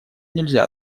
нельзя